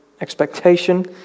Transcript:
expectation